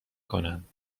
کنند